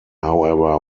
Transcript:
however